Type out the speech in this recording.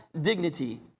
dignity